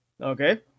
Okay